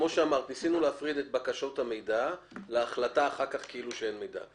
ניסינו להפריד את בקשות המידע להחלטה אחר כך שאין מידע.